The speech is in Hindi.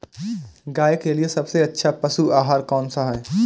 गाय के लिए सबसे अच्छा पशु आहार कौन सा है?